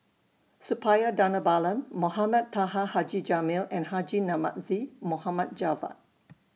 Suppiah Dhanabalan Mohamed Taha Haji Jamil and Haji Namazie Mohamed Javad